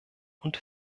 und